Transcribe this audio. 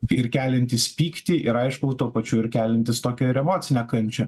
ir keliantis pyktį ir aišku tuo pačiu ir keliantis tokią ir emocinę kančią